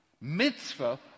Mitzvah